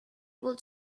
able